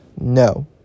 No